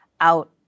out